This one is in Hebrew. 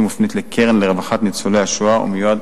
מופנית לקרן לרווחת ניצולי השואה ומיועד